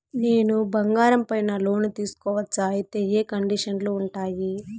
నేను బంగారం పైన లోను తీసుకోవచ్చా? అయితే ఏ కండిషన్లు ఉంటాయి?